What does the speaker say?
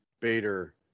Bader